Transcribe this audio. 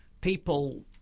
People